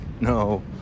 no